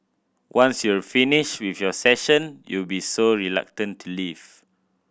once you're finished with your session you'll be so reluctant to leave